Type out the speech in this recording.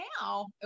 now